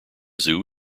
zoo